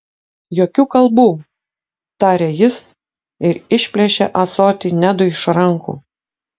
jokių kalbų tarė jis ir išplėšė ąsotį nedui iš rankų